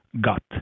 gut